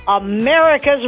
America's